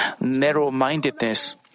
narrow-mindedness